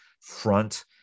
front